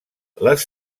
les